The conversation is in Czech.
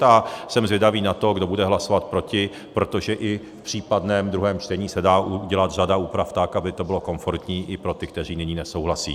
A jsem zvědavý na to, kdo bude hlasovat proti, protože i v případném druhém čtení se dá udělat řada úprav tak, aby to bylo komfortní i pro ty, kteří nyní nesouhlasí.